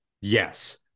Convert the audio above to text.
yes